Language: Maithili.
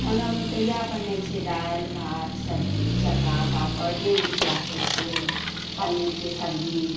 तऽ खानामे तऽ इएह बनै छै दालि भात सब्जी चका पापड़ जे मिथिलाके छियै पनीरके सब्जी